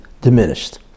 diminished